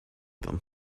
them